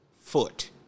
foot